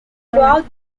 throughout